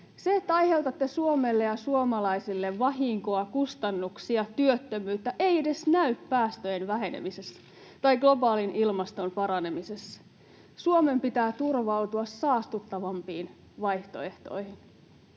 Se, että aiheutatte Suomelle ja suomalaisille vahinkoa, kustannuksia ja työttömyyttä, ei edes näy päästöjen vähenemisessä tai globaalin ilmaston paranemisessa. Suomen pitää turvautua saastuttavampiin vaihtoehtoihin.